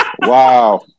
Wow